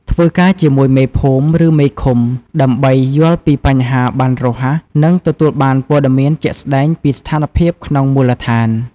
ធ្វើការជាមួយ មេភូមិ ឬមេឃុំ ដើម្បីយល់ពីបញ្ហាបានរហ័ស និងទទួលបានព័ត៌មានជាក់ស្ដែងពីស្ថានភាពក្នុងមូលដ្ឋាន។